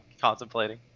contemplating